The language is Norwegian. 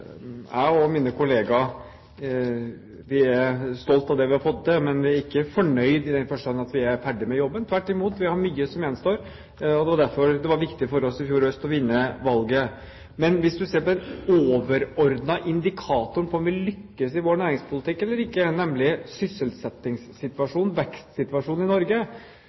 jeg og mine kolleger er stolte av det vi har fått til, men vi er ikke fornøyde i den forstand at vi er ferdig med jobben. Tvert imot, det er mye som gjenstår, og derfor var det viktig for oss å vinne valget i fjor høst. Men hvis man ser på den overordnede indikatoren på om vi lykkes i vår næringspolitikk eller ikke, nemlig sysselsettingssituasjonen, vekstsituasjonen, i Norge,